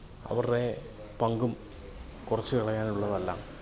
അവരുടെ പങ്കും കുറച്ച് കളയാനുള്ളതല്ല